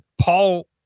Paul